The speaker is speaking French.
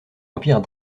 empire